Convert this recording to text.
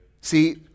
See